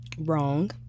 wrong